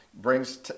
brings